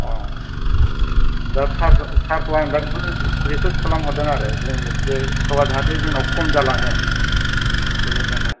अ दा सारखौ सारखौ आं दा बेखौनो रिक्वुइस्ट खालामहरदों आरो जोंनि बे सिखावा जाहाते जोंनाव खम जालाङो बेनि थाखाय